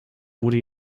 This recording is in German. wurde